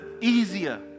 easier